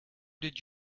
did